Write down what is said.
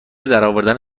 درآوردن